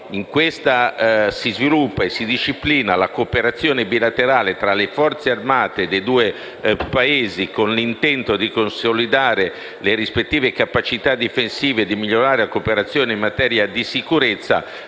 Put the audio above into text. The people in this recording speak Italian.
accordo si sviluppi e si disciplini la cooperazione bilaterale tra le Forze armate dei due Paesi, con l'intento di consolidare le rispettive capacità difensive e migliorare la cooperazione in materia di sicurezza,